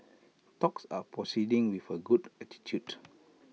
talks are proceeding with A good attitude